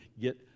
get